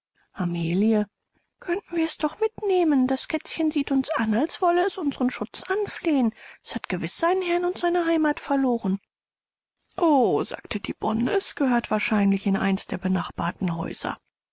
könnten wir es doch mitnehmen das kätzchen sieht uns an als wolle es unseren schutz anflehen es hat gewiß seinen herrn und seine heimath verloren o sagte die bonne es gehört wahrscheinlich in eins der benachbarten häuser